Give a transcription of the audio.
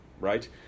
right